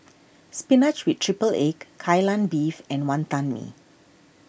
Spinach with Triple Egg Kai Lan Beef and Wantan Mee